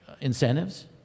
incentives